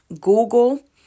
Google